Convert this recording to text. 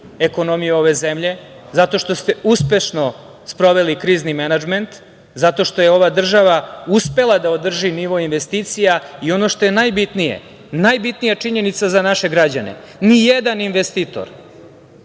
ekonomiju ove zemlje, zato što ste uspešno sproveli krizni menadžment, zato što je ova država uspela da održi nivo investicija. I ono što je najbitnije, najbitnija činjenica za naše građane, nijedan investitor,